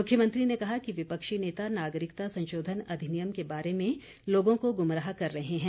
मुख्यमंत्री ने कहा कि विपक्षी नेता नागरिकता संशोधन अधिनियम के बारे में लोगों को गुमराह कर रहे हैं